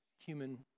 human